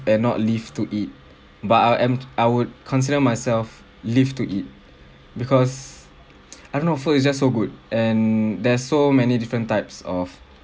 and not live to eat but I'd em~ I would consider myself live to eat because I don't know food is just so good and there's so many different types of